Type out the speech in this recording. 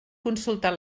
consultar